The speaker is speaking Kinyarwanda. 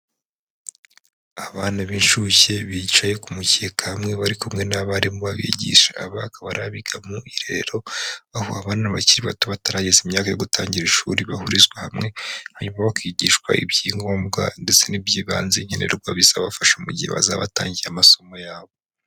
Abana b'inshuke bicaye ku mukeka hamwe bari kumwe n'abarimu babigisha, aba akaba ari abiga mu irerero; aho abana bakiri bato batarageza imyaka yo gutangira ishuri bahurizwa hamwe hanyuma bakigishwa ibyangombwa ndetse n'iby'ibanze nkenerwa bizabafasha mu gihe bazaba batangiye amasomo yabo.